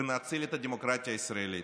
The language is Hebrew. ונציל את הדמוקרטיה הישראלית.